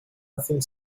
nothing